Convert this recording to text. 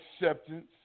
acceptance